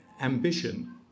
ambition